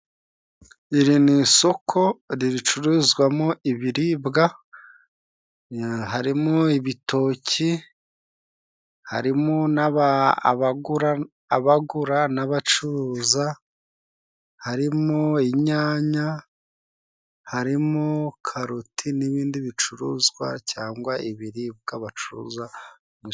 Iri ni isoko riricururizwamo ibiribwa, harimo ibitoki, harimo abagura n'abacuruza, harimo inyanya, harimo karuti n'ibindi bicuruzwa cyangwa ibiribwa bacuruza.